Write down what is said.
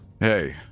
Hey